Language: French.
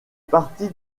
partie